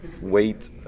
wait